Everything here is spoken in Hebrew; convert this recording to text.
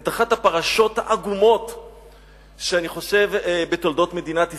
את אחת הפרשות העגומות בתולדות מדינת ישראל,